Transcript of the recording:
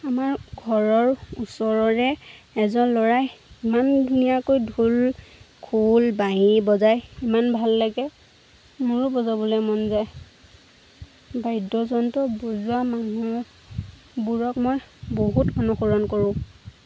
আমাৰ ঘৰৰ ওচৰৰে এজন ল'ৰাই ইমান ধুনীয়াকৈ ঢোল খোল বাঁহী বজাই ইমান ভাল লাগে মোৰো বজাবলৈ মন যায় বাদ্যযন্ত্ৰ বজোৱা মানুহবোৰক মই বহুত অনুসৰণ কৰোঁ